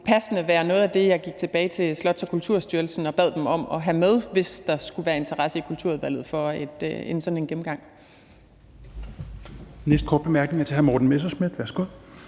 passende være noget af det, jeg gik tilbage til Slots- og Kulturstyrelsen og bad dem om at have med, hvis der skulle være interesse i Kulturudvalget for en sådan gennemgang. Kl. 10:22 Fjerde næstformand (Rasmus